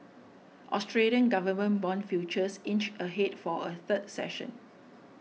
Australian government bond futures inched ahead for a third session